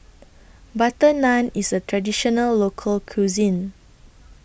Butter Naan IS A Traditional Local Cuisine